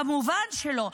כמובן שלא.